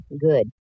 Good